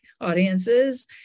audiences